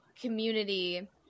community